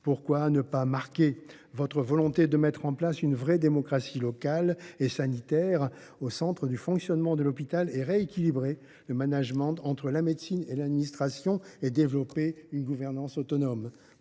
Pourquoi ne pas marquer votre volonté de mettre en place une vraie démocratie locale et sanitaire au centre du fonctionnement de l’hôpital, rééquilibrer le management entre la médecine et l’administration et développer une gouvernance autonome ?